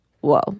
Whoa